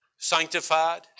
sanctified